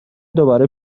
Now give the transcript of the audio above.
دوباره